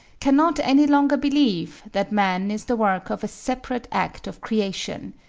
cannot any longer believe that man is the work of a separate act of creation.